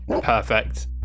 Perfect